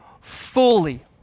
fully